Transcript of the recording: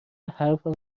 حرفم